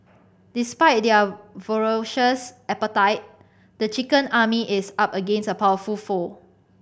despite their appetite the chicken army is up against a powerful foe